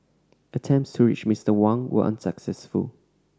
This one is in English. attempts to reach Mister Wang were unsuccessful